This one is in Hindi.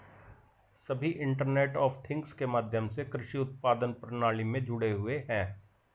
सभी इंटरनेट ऑफ थिंग्स के माध्यम से कृषि उत्पादन प्रणाली में जुड़े हुए हैं